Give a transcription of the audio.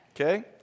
Okay